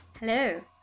Hello